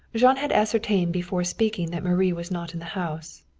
jean had ascertained before speaking that marie was not in the house.